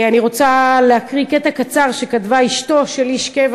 אני רוצה להקריא קטע קצר שכתבה אשתו של איש קבע